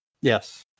Yes